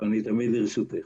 אני תמיד לרשותך.